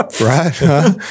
Right